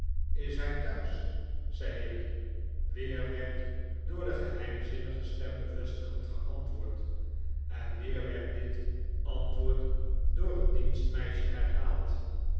is hij thuis zei ik weer werd door de geheimzinnige stem bevestigend geantwoord en weer werd dit antwoord door het dienstmeisje herhaald